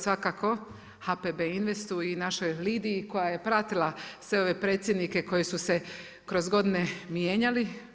Svakako, HPB investu i našoj Lidiji koja je pratila sve ove predsjednike koji su se kroz godinu mijenjali.